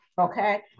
okay